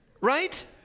Right